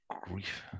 grief